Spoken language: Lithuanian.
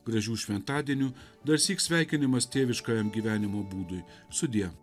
gražių šventadienių darsyk sveikinimas tėviškajam gyvenimo būdui sudie